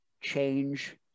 change